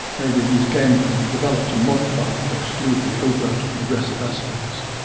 maybe these games could be developed and modified to exclude the overt aggressive aspects.